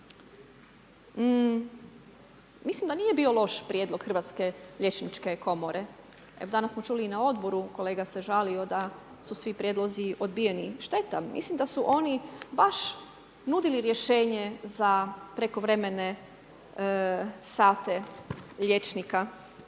Mislim da nije bio loš prijedlog Hrvatske liječničke komore. Evo danas smo čuli i na odboru kolega se žalio da su svi prijedlozi odbijeni, šteta, mislim da su oni baš nudili rješenje za prekovremene sate liječnika.